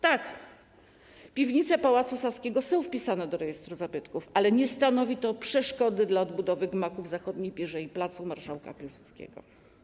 Tak, piwnice Pałacu Saskiego są wpisane do rejestru zabytków, ale nie stanowi to przeszkody dla odbudowy gmachów zachodniej pierzei pl. Marszałka Piłsudskiego.